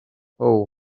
hoe